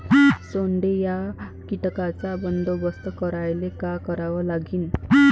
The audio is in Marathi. सोंडे या कीटकांचा बंदोबस्त करायले का करावं लागीन?